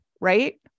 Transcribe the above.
right